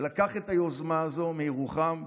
שלקח את היוזמה הזו מירוחם,